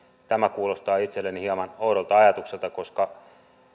tämä kuulostaa itselleni hieman oudolta ajatukselta koska